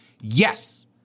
yes